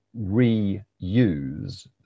reuse